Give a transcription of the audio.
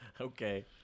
Okay